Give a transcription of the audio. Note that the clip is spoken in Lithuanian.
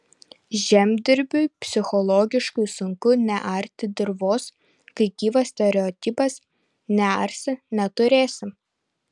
žemdirbiui psichologiškai sunku nearti dirvos kai gyvas stereotipas nearsi neturėsi